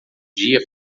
dia